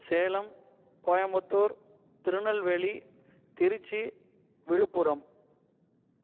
Salem Coimbatore Tirunelveli Trichy Villupuram